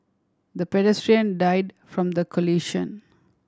the pedestrian died from the collision